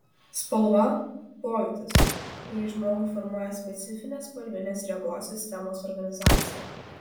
spalva pojūtis kurį žmogui formuoja specifinė spalvinės regos sistemos organizacija